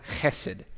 chesed